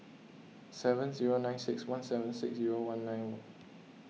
seven zero nine six one seven six zero one nine